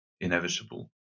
inevitable